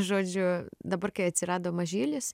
žodžiu dabar kai atsirado mažylis